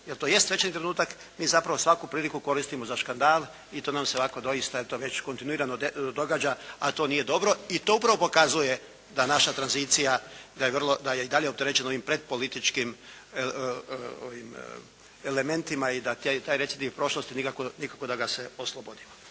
jer to jest svečani trenutak, mi zapravo svaku priliku koristimo za škandal i to nam se ovako doista eto već kontinuirano događa, a to nije dobro i to upravo pokazuje da naša tranzicija da je i dalje opterećena ovim pred političkim elementima i da taj recidiv prošlosti nikako da ga se oslobodimo.